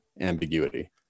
ambiguity